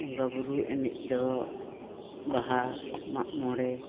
ᱵᱚᱸᱜᱟ ᱵᱩᱨᱩ ᱮᱱᱮᱡ ᱫᱚ ᱵᱟᱦᱟ ᱢᱟᱜᱽᱼᱢᱚᱬᱮ